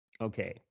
Okay